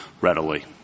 readily